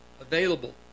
available